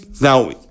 now